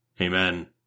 Amen